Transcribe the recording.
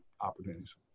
opportunities